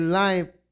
life